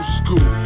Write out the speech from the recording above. school